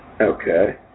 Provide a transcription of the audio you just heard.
Okay